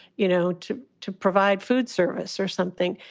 you know, to to provide food service or something?